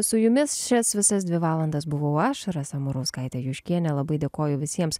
su jumis šias visas dvi valandas buvau ašarose murauskaitė juškienė labai dėkoju visiems